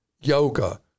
yoga